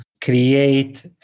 create